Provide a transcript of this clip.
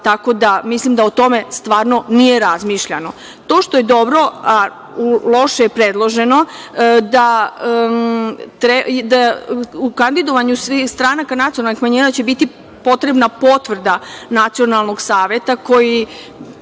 tako da mislim da o tome stvarno nije razmišljano. To što je dobro, loše je predloženo, da kandidovanju svih stranaka nacionalnih manjina će biti potrebna potvrda Nacionalnog saveta koji,